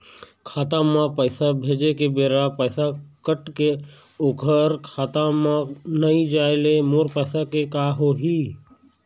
खाता म पैसा भेजे के बेरा पैसा कट के ओकर खाता म नई जाय ले मोर पैसा के का होही?